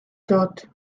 tot